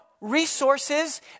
resources